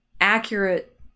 accurate